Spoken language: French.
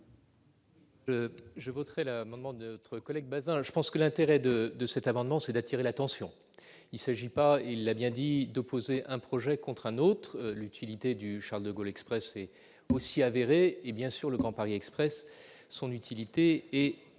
Je voterai la maman ne collègue bazar, je pense que l'intérêt de de cet amendement, c'est d'attirer l'attention, il s'agit pas, il l'a bien dit d'opposer un projet contre un autre, l'utilité du Charles-de-Gaulle Express s'est aussi avéré et bien sûr le Grand Paris Express, son utilité est